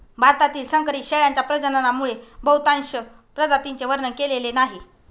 भारतातील संकरित शेळ्यांच्या प्रजननामुळे बहुतांश प्रजातींचे वर्णन केलेले नाही